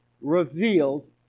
revealed